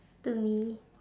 to me